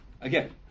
Again